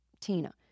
Tina